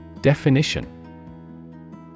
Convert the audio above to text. Definition